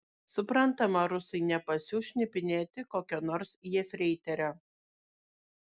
suprantama rusai nepasiųs šnipinėti kokio nors jefreiterio